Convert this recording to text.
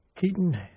Keaton